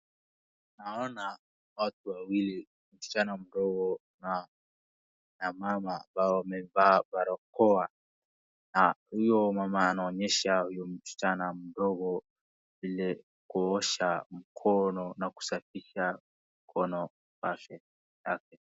Naoana watu wawili, msichana mdogo na mama ambao wamevaa barakoa na huyo mama anaonyesha huyo msichana mdodgo vile kuosha mkono na kusafisha mkono wake.